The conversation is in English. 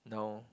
no